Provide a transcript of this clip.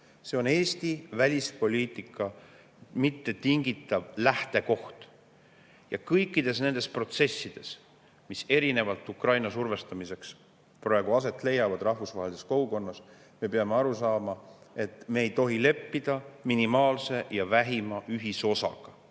See on Eesti välispoliitika mittetingitav lähtekoht. Ja kõikides nendes protsessides, mis Ukraina survestamiseks praegu aset leiavad rahvusvahelises kogukonnas, me peame aru saama, et me ei tohi leppida minimaalse ja vähima ühisosaga.